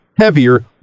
heavier